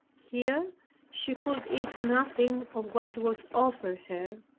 here she could eat nothing of what was offered her.